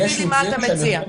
יש מקרים שהם יותר מורכבים.